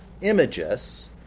images